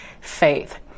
faith